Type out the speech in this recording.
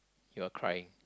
you are crying